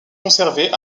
conservées